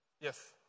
Yes